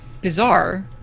bizarre